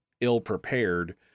ill-prepared